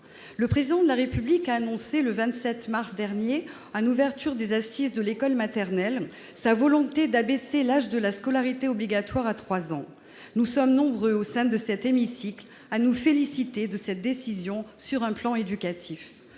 Le Président de la République a affirmé le 27 mars dernier, en ouverture des Assises de l'école maternelle, sa volonté d'abaisser l'âge de la scolarité obligatoire à trois ans. Nous sommes nombreux, au sein de cet hémicycle, à nous féliciter de cette décision sur un plan éducatif.